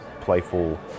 playful